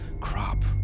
crop